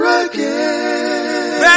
again